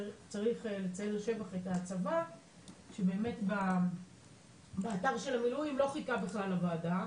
צריך לציין לשבח את הצבא שבאמת באתר של המילואים לא חיכה בכלל לוועדה,